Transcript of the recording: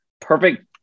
perfect